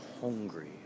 Hungry